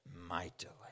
mightily